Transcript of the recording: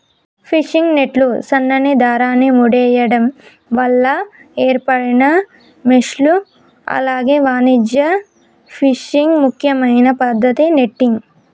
fishing నెట్లు సన్నని దారాన్ని ముడేయడం వల్ల ఏర్పడిన మెష్లు అలాగే వాణిజ్య ఫిషింగ్ ముఖ్యమైన పద్దతి నెట్టింగ్